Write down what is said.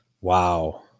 Wow